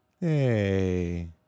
Hey